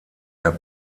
der